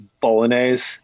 bolognese